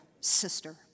sister